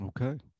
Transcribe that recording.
Okay